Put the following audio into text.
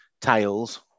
tails